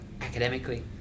academically